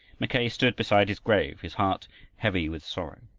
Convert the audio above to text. mackay stood beside his grave, his heart heavy with sorrow.